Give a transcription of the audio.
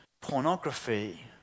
Pornography